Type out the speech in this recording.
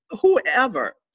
whoever